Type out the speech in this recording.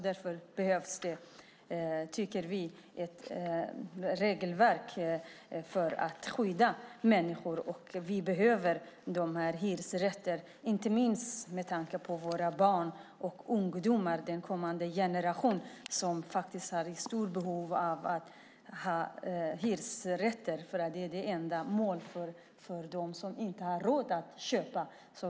Därför tycker vi att det behövs ett regelverk för att skydda människor. Vi behöver dessa hyresrätter, inte minst med tanke på våra barn och ungdomar, alltså den kommande generationen. De har ett stort behov av hyresrätter eftersom det är det enda sättet för dem som inte har råd att köpa.